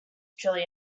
truly